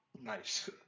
Nice